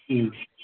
ꯎꯝ